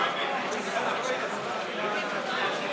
שיפוט בעבירות ועזרה משפטית),